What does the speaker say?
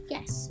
Yes